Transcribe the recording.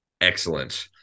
Excellent